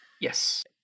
Yes